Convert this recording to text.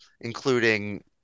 including